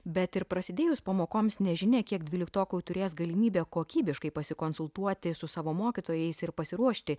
bet ir prasidėjus pamokoms nežinia kiek dvyliktokų turės galimybę kokybiškai pasikonsultuoti su savo mokytojais ir pasiruošti